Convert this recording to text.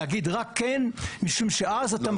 להגיד רק כן משום שאז אתה מקבל.